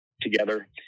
together